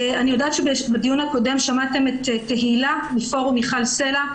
אני יודעת שבדיון הקודם שמעתם את תהילה מ"פורום מיכל סלע"